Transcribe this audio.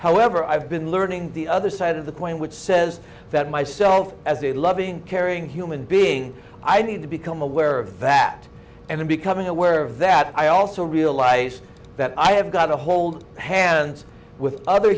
however i've been learning the other side of the coin which says that myself as a loving caring human being i need to become aware of that and becoming aware of that i also realize that i have got to hold hands with other